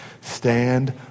Stand